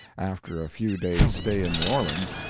after a few days' stay in new orleans,